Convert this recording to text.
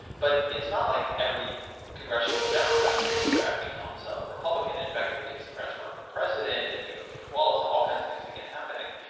but it's not like every congressional democrat or dixiecrat becomes a republican. in fact, you have dixiecrats run for president and you have george wallace and all kinds of things began happening,